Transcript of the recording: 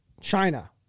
China